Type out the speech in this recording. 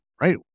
right